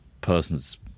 person's